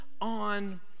on